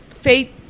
Fate